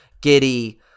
Giddy